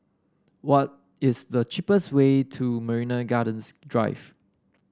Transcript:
what is the cheapest way to Marina Gardens Drive